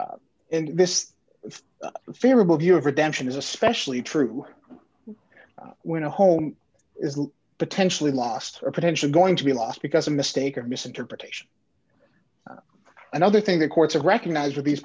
and this favorable view of redemption is especially true when a home is potentially lost or potentially going to be lost because a mistake or misinterpretation another thing the courts recognize are these